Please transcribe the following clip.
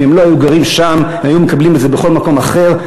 אם לא היו גרים שם הם היו מקבלים את זה בכל מקום אחר.